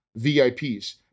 VIPs